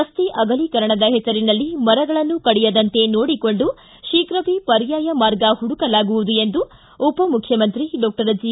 ರಸ್ತೆ ಅಗಲೀಕರಣದ ಹೆಸರಿನಲ್ಲಿ ಮರಗಳನ್ನು ಕಡಿಯದಂತೆ ನೋಡಿಕೊಂಡು ಶೀಘವೇ ಪರ್ಯಾಯ ಮಾರ್ಗ ಪುಡುಕಲಾಗುವುದು ಎಂದು ಉಪಮುಖ್ಯಮಂತ್ರಿ ಡಾಕ್ವರ್ ಜಿ